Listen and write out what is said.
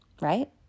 right